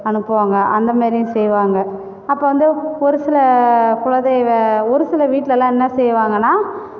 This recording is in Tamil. அனுப்புவாங்க அந்தமாரியும் செய்வாங்க அப்போ வந்து ஒரு சில குலதெய்வ ஒரு சில வீட்டுலலாம் என்ன செய்வாங்கனா